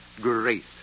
Grace